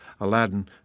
Aladdin